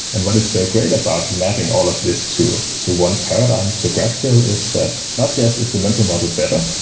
and what is so great about mapping all of these to to one paradigm to graphql is that not just is the mental model better.